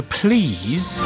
please